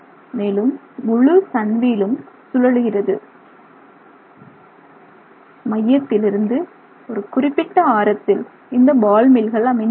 மேலும் முழு சன் வீலும் சுழலுகிறது மையத்திலிருந்து ஒரு குறிப்பிட்ட ஆரத்தில் இந்த பால் மில்கள் அமைந்துள்ளன